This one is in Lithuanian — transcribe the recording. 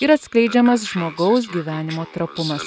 ir atskleidžiamas žmogaus gyvenimo trapumas